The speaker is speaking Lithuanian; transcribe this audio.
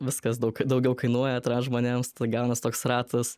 viskas daug daugiau kainuoja transžmonėms gaunas toks ratas